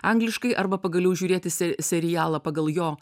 angliškai arba pagaliau žiūrėti se serialą pagal jo